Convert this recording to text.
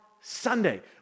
Sunday